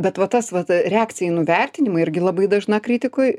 bet va tas vat reakcija į nuvertinimą irgi labai dažna kritikoj